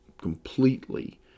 completely